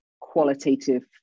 qualitative